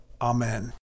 Amen